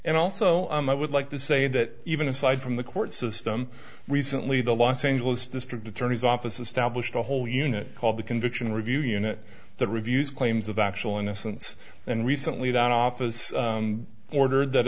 and also i would like to say that even aside from the court system recently the los angeles district attorney's office established a whole unit called the conviction review unit that reviews claims of actual innocence and recently that office ordered that